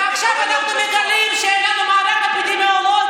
ועכשיו אנחנו אומרים שאין לנו מערך אפידמיולוגי.